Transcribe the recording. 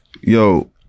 Yo